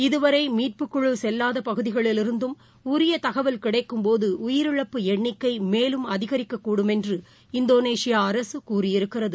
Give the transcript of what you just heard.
இதுவரைமீட்புக்குழுசெல்லாதபகுதிகளிலிருந்தும் உரியதகவல் கிடைக்கும் போதஉயிரிழப்பு எண்ணிக்கைமேலும் அதிகரிக்கூடுமென்று இந்தோனேஷியாஅரசுகூறியிருக்கிறது